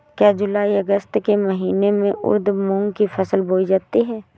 क्या जूलाई अगस्त के महीने में उर्द मूंग की फसल बोई जाती है?